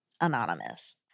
anonymous